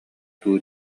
дуу